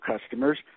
customers